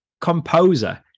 composer